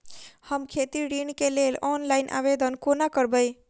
हम खेती ऋण केँ लेल ऑनलाइन आवेदन कोना करबै?